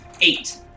Eight